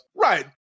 Right